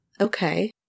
Okay